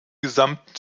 gesamten